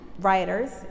writers